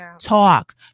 talk